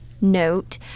note